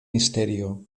misterio